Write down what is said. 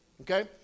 okay